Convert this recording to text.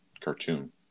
cartoon